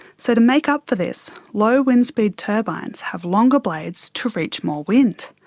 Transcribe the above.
so to make up for this, low wind speed turbines have longer blades to reach more wind.